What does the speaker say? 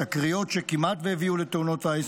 תקריות שכמעט שהביאו לתאונות טיס